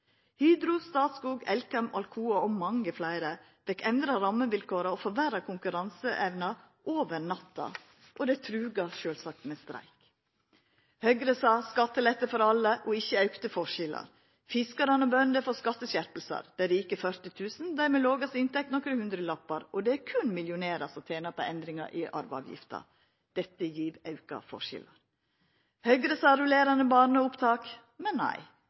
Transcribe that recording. Hydro, Statskog, Elkem, Alcoa og mange fleire fekk endra rammevilkåra og forverra konkurranseevna over natta, og dei truga sjølvsagt med streik. Høgre sa skattelette for alle, og ikkje auka forskjellar. Fiskarane og bøndene får skatteskjerpingar, dei rike 40 000, og dei med lågast inntekt nokre hundrelappar. Og det er berre millionærar som tener på endringane i arveavgifta. Dette gjev auka forskjellar. Høgre sa rullerande barnehageopptak, men nei. Det dei likevel gjer, er